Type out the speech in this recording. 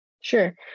Sure